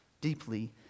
deeply